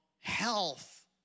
health